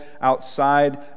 outside